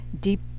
deep